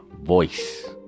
voice